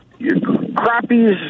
crappies